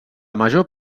major